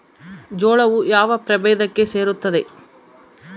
ಜೋಳವು ಯಾವ ಪ್ರಭೇದಕ್ಕೆ ಸೇರುತ್ತದೆ?